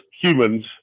humans